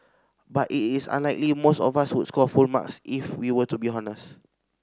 but it is unlikely most of us would score full marks if we were to be honest